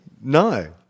No